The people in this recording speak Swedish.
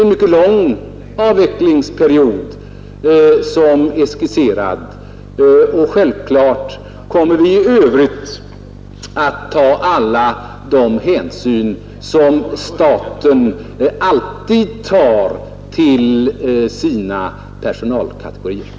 En mycket lång avvecklingsperiod är skisserad, och självklart kommer vi i övrigt att ta alla de hänsyn som staten alltid tar till sina personalkategorier.